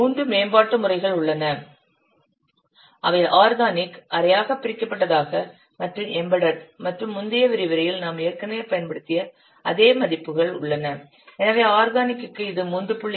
மூன்று மேம்பாட்டு முறைகள் உள்ளன அவை ஆர்கானிக் அரையாக பிரிக்கப்பட்டதாக மற்றும் எம்பெடெட் மற்றும் முந்தைய விரிவுரையில் நாம் ஏற்கனவே பயன்படுத்திய அதே மதிப்புகள் உள்ளன எனவே ஆர்கானிக் க்கு இது 3